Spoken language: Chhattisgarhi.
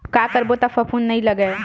का करबो त फफूंद नहीं लगय?